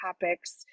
topics